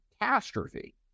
catastrophe